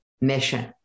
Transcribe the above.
mission